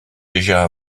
déjà